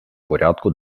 порядку